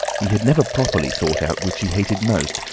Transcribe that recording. he had never properly thought out which he hated most,